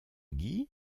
guy